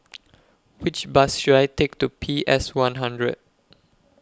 Which Bus should I Take to P S one hundred